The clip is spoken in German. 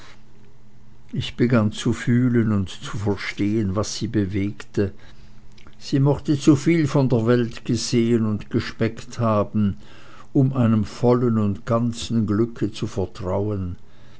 ich begann zu fühlen und zu verstehen was sie bewegte sie mochte zuviel von der welt gesehen und geschmeckt haben um einem vollen und ganzen glücke zu vertrauen